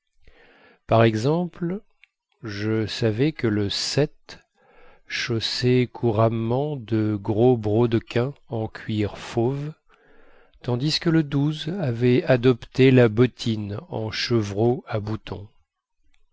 par exemple je savais que le chaussait couramment de gros brodequins en cuir fauve tandis que le avait adopté la bottine en chevreau à boutons